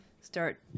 start